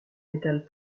métal